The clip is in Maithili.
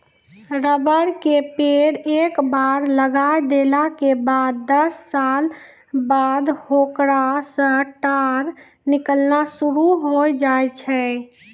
रबर के पेड़ एक बार लगाय देला के बाद दस साल बाद होकरा सॅ टार निकालना शुरू होय जाय छै